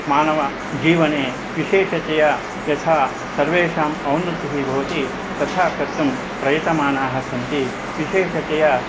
मानवजीवने विशेषतया यथा सर्वेषाम् औन्नतिः भवति तथा कर्तुं प्रयतमानाः सन्ति विशेषतया